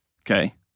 Okay